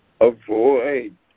avoid